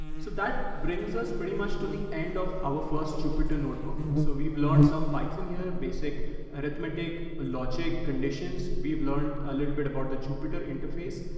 so that brings us pretty much to the end of our first jupyter notebook. so we've learned some python here, basic arithmetic, logic conditions. we've learned a little bit about the jupyter interface.